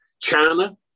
China